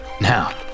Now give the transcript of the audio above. now